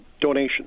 donation